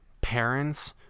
Parents